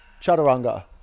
Chaturanga